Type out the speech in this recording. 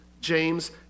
James